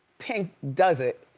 pink does it,